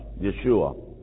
Yeshua